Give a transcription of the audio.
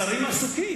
השרים עסוקים.